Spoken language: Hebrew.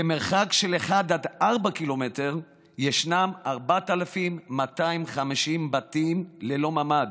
במרחק של 1 4 ק"מ ישנם 4,250 בתים ללא ממ"ד,